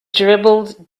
dribbled